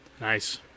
Nice